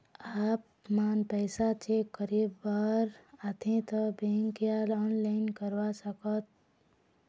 आपमन पैसा चेक करे बार आथे ता बैंक या ऑनलाइन करवा सकत?